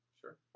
sure